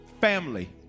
Family